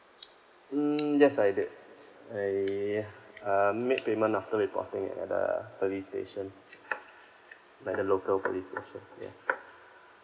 mm yes I did I uh made payment after reporting at the police station like the local police station ya